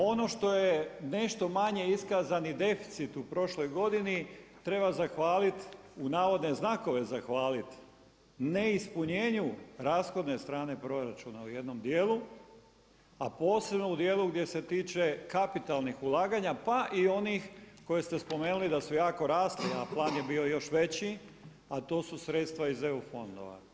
Ono što je nešto manje iskazani deficit u prošloj godini treba zahvaliti, u navodne znakove „zahvaliti“ ne ispunjenju rashodne strane proračuna u jednom dijelu a posebno u dijelu gdje se tiče kapitalnih ulaganja pa i onih koje ste spomenuli da su jako rasli a plan je bio još veći a to su sredstva iz EU fondova.